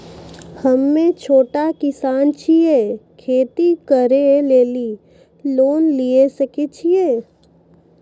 हम्मे छोटा किसान छियै, खेती करे लेली लोन लिये सकय छियै?